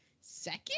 second